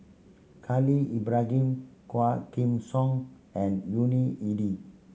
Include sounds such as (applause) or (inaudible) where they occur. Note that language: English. Khalil Ibrahim Quah Kim Song and Yuni (unintelligible)